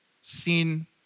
seen